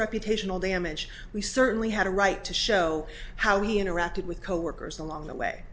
reputational damage we certainly had a right to show how he interacted with coworkers along the way